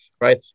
right